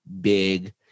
big